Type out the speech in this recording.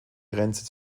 grenze